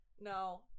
no